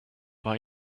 buy